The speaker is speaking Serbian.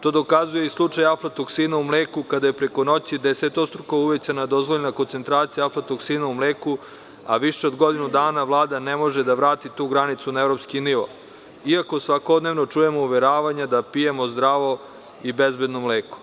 To dokazuje i slučaj aflatoksina u mleku kada je preko noći desetostruke uvećana dozvoljena koncetracija aflatoksina u mleku, a više od godinu dana Vlada ne može da vrati tu granicu na evropski nivo, iako svakodnevno čujemo uveravanja da pijemo zdravo i bezbedno mleko.